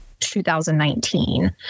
2019